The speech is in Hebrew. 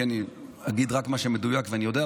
כי אני אגיד רק מה שמדויק ואני יודע,